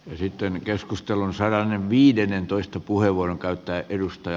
esitteen keskustelun seuran viidennentoista puheenvuoron käyttää edustaja